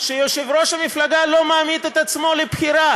שהיושב-ראש שלה לא מעמיד את עצמו לבחירה